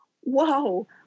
whoa